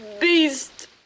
beast